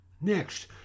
Next